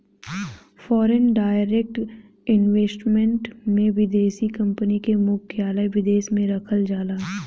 foreign direct investment में विदेशी company के मुख्यालय विदेश में रखल जाला